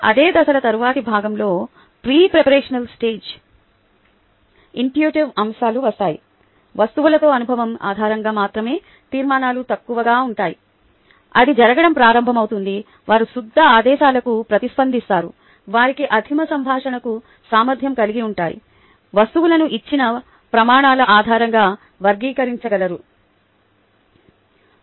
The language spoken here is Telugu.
అదే దశల తరువాతి భాగంలో ప్రీపెరేషనల్ స్టేజ్ "ఇన్ట్యూటివ్ అంశాలు వస్తున్నాయి వస్తువులతో అనుభవం ఆధారంగా మాత్రమే తీర్మానాలు తక్కువగా ఉంటాయి అది జరగడం ప్రారంభమవుతుంది వారు శబ్ద ఆదేశాలకు ప్రతిస్పందిస్తారువారికి ఆదిమ సంభాషణకు సామర్థ్యం కలిగి ఉంటాయి వస్తువులను ఇచ్చిన ప్రమాణాల ఆధారంగా వర్గీకరించగలరు